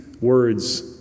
words